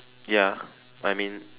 ya I mean